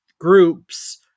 groups